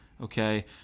okay